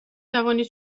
توانید